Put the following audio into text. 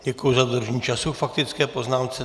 Děkuji za dodržení času k faktické poznámce.